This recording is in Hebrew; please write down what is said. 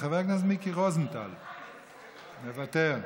חבר הכנסת רוזנטל, מוותר.